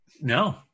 No